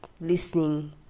listening